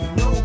no